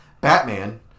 Batman